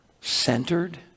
centered